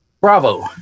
Bravo